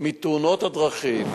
מתאונות דרכים,